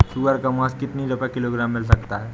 सुअर का मांस कितनी रुपय किलोग्राम मिल सकता है?